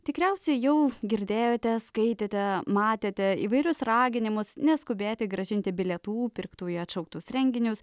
tikriausiai jau girdėjote skaitėte matėte įvairius raginimus neskubėti grąžinti bilietų pirktų į atšauktus renginius